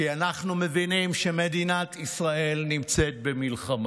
כי אנחנו מבינים שמדינת ישראל נמצאת במלחמה.